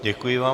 Děkuji vám.